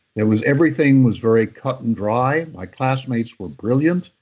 that was everything was very cut and dry. my classmates were brilliant,